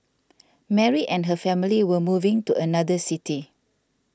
Mary and her family were moving to another city